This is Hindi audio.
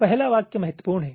पहला वाक्य महत्वपूर्ण है